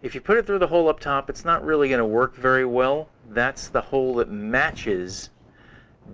if you put it through the hole up top it's not really going to work very well. that's the hole that matches